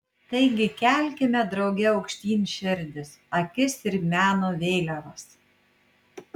taigi kelkime drauge aukštyn širdis akis ir meno vėliavas